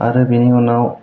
आरो बेनि उनाव